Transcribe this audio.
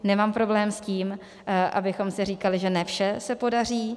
Nemám problém s tím, abychom si říkali, že ne vše se podaří.